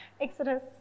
Exodus